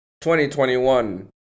2021